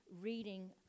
reading